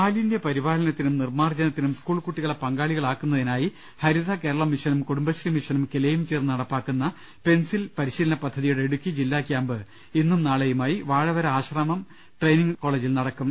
മാലിന്യ പരിപാലനത്തിനും നിർമ്മാർജ്ജനത്തിനും സ്കൂൾ കൂട്ടികളെ പങ്കാളികളാക്കുന്നതിനായി ഹരിത കേരളം മിഷനും കുടുംബശ്രീ മിഷനും കിലയും ചേർന്ന് നടപ്പാക്കുന്ന പെൻസിൽ പരിശീലന പദ്ധതിയുടെ ഇടുക്കി ജില്ലാ ക്യാമ്പ് ഇന്നും നാളെയുമായി വാഴവര ആശ്രമം ട്രെയിനിംഗ് കോളേജിൽ നടക്കും